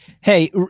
hey